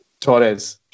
Torres